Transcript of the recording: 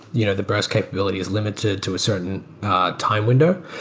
you know the burst capability is limited to a certain time window.